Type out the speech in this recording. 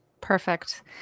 Perfect